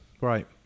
Right